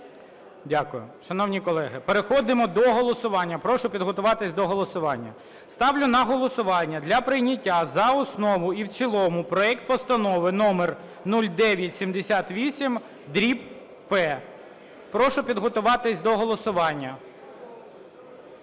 Дякую. Шановні колеги, переходимо до голосування. Прошу підготуватись до голосування. Ставлю на голосування для прийняття за основу і в цілому проект Постанови, номер 0978/П. Прошу підготуватись до голосування.